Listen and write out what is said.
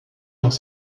dans